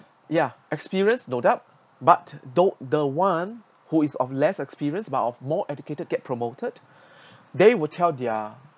ya experience no doubt but don't the one who is of less experienced but of more educated get promoted they will tell their